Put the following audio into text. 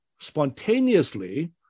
spontaneously